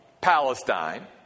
Palestine